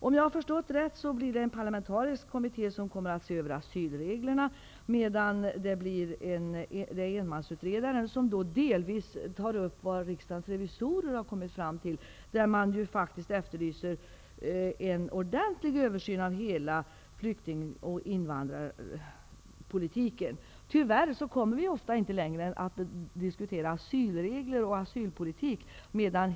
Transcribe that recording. Om jag har förstått det rätt kommer en parlamentarisk kommitté att se över asylreglerna, medan en enmansutredare delvis skall ta upp det som rikdagens revisorer har kommit fram till, vilka ju efterlyser en ordentlig översyn av hela flyktingoch invandrarpolitiken. Tyvärr kommer vi ofta inte längre än att diskutera asylregler och asylpolitik.